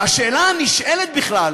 והשאלה הנשאלת בכלל: